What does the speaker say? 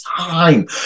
time